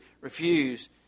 refuse